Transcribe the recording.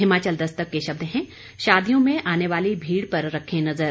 हिमाचल दस्तक के शब्द हैं शादियों में आने वाली भीड़ पर रखें नजर